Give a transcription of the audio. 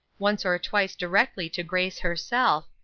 once or twice directly to grace herself,